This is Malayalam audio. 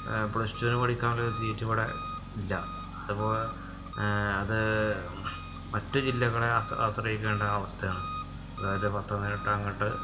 പ്ലസ്ടുവിന് പഠിക്കാനുള്ളൊരു സീറ്റ് ഇവിടെ ഇല്ല അതുപോലെ അത് മറ്റു ജില്ലകളെ ആശ്രയിക്കേണ്ട അവസ്ഥയാണ് ഒരു പത്ത് പതിനെട്ട് അങ്ങോട്ട്